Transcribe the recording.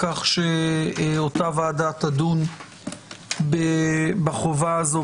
כך שאותה ועדה תדון בחובה הזו,